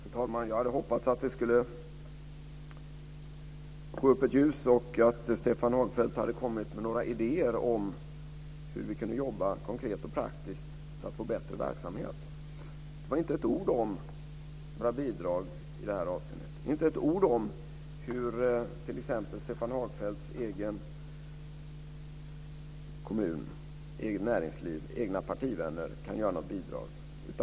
Fru talman! Jag hade hoppats att det skulle gå upp ett ljus och att Stefan Hagfeldt hade kunnat komma med några idéer om hur vi kunde jobba konkret och praktiskt för att få bättre verksamhet. Det var inte ett ord om några bidrag i det här avseendet, inte ord om t.ex. hur Stefan Hagfeldts egen kommun, hans eget näringsliv, hans egna partivänner, kan lämna ett bidrag.